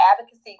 advocacy